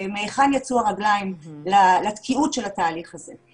מהיכן יצאו הרגליים לתקיעוּת של התהליך הזה.